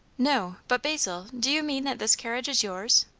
no. but basil, do you mean that this carriage is yours?